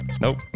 Nope